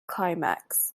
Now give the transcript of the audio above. climax